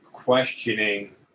questioning